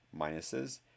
Minuses